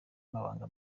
amabanga